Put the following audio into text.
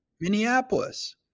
Minneapolis